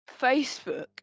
Facebook